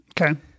Okay